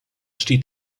steht